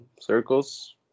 circles